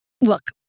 look